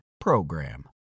PROGRAM